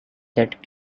that